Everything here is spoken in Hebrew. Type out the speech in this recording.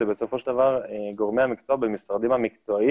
בסופו של דבר גורמי המקצוע במשרדים המקצועיים